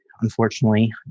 unfortunately